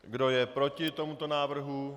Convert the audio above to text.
Kdo je proti tomuto návrhu?